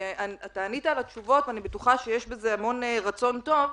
אתה ענית על השאלות ואני בטוחה שיש בזה המון רצון טוב,